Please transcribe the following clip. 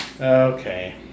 Okay